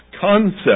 concept